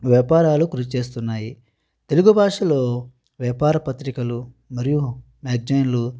వ్యాపారాలు కృషి చేస్తున్నాయి తెలుగు భాషలో వ్యాపార పత్రికలు మరియు మ్యాగ్జైన్లు